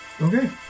Okay